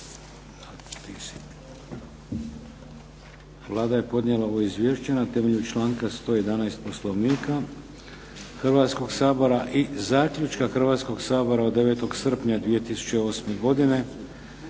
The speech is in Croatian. Vlada je podnijela ovo izvješće na temelju članka 111. Poslovnika Hrvatskoga sabora i Zaključka Hrvatskoga sabora od 9. srpnja 2008. godine.